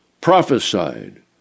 Prophesied